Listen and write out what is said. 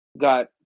got